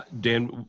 Dan